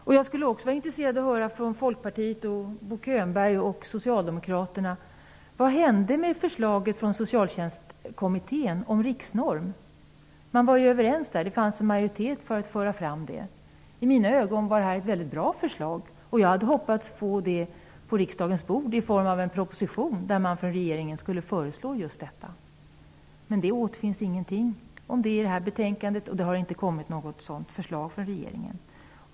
Det skulle också vara intressant att få höra från Socialtjänstkommittén om en riksnorm. Man var ju överens i kommittén, det fanns en majoritet bakom förslaget. I mina ögon var detta ett väldigt bra förslag, och jag hade hoppats få det på riksdagens bord i form av en proposition. Men ingenting om en sådan riksnorm återfinns i det här betänkandet, och det har inte heller kommit något sådant förslag från regeringen.